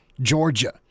Georgia